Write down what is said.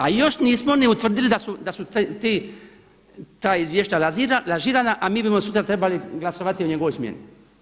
A još nismo ni utvrdili da su ti, ta izvješća lažirana a mi bismo sutra trebali glasovati o njegovoj smjeni.